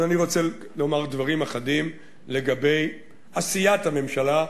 אני רוצה לומר דברים אחדים לגבי עשיית הממשלה.